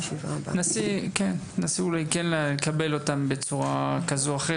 תנסו כן לקבל אותם בצורה כזו או אחרת,